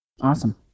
awesome